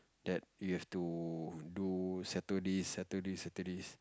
that you have to do settle this settle this settle this